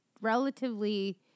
relatively